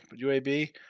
UAB